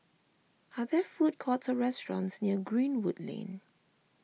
are there food courts or restaurants near Greenwood Lane